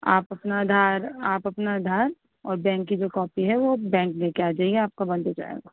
آپ اپنا آدھار آپ اپنا آدھار اور بینک کی جو کاپی ہے وہ بینک لے کے آ جائیے آپ کا بند ہو جائے گا